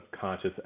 conscious